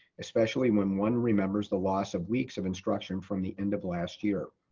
especially when one remembers the loss of weeks of instruction from the end of last year.